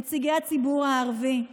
נציגי הציבור הערבי,